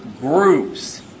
groups